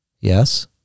Yes